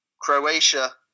Croatia